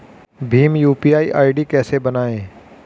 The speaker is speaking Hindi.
भीम यू.पी.आई आई.डी कैसे बनाएं?